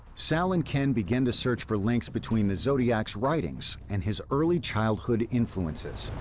sal and ken begin to search for links between the zodiac's writings and his early childhood influences.